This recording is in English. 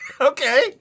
Okay